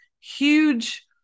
huge